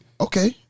Okay